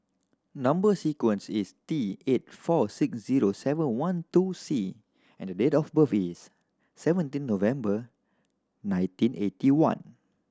number sequence is T eight four six zero seven one two C and date of birth is seventeen November nineteen eighty one